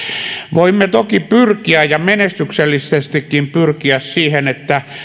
voimme toki pyrkiä ja menestyksellisestikin pyrkiä siihen että